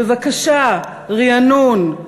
בבקשה, רענון: